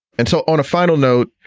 and so on a final note,